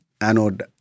anode